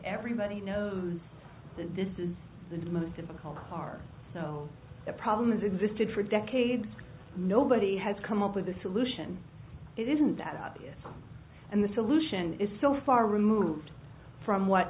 everybody knows that this is the most difficult are so the problems existed for decades nobody has come up with a solution it isn't that obvious and the solution is so far removed from what